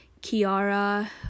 Kiara